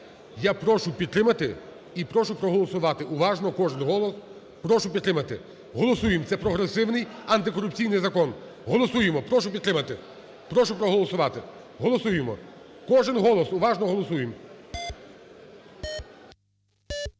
Я прошу підтримати і прошу проголосувати уважно кожен голос, прошу підтримати. Голосуємо, це прогресивний антикорупційний закон голосуємо, прошу підтримати, прошу проголосувати голосуємо, кожен голос уважно голосуємо.